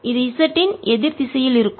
இது z இன் எதிர் திசையில் இருக்கும்